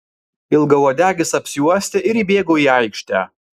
ilgauodegis apsiuostė ir įbėgo į aikštę